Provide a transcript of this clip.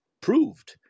Proved